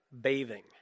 bathing